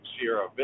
Sierra